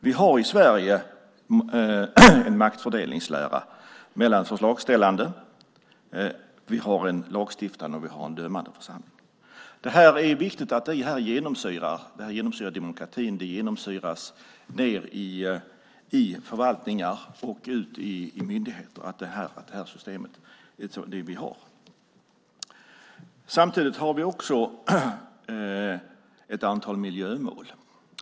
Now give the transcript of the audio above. Vi har i Sverige en maktfördelningslära där makten delas mellan en förslagsställande, en lagstiftande och en dömande församling. Det är viktigt att det genomsyrar demokratin ned i förvaltningar och ut till myndigheter att det är det system vi har. Samtidigt har vi också ett antal miljömål.